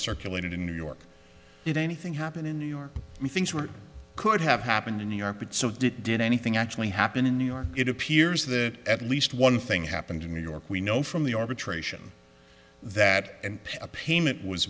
circulated in new york did anything happen in new york and things were could have happened in new york but so did anything actually happen in new york it appears that at least one thing happened in new york we know from the arbitration that a payment was